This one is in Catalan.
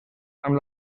amb